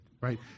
right